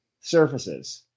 surfaces